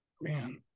man